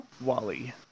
Wally